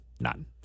None